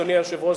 אדוני היושב-ראש,